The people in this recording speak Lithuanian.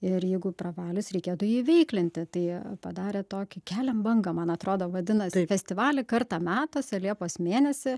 ir jeigu pravalius reikėtų jį įveiklinti tai padarė tokį keliam bangą man atrodo vadinas festivalį kartą metuose liepos mėnesį